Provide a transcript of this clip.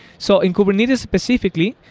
so in kubernetes specifically,